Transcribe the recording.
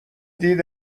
دید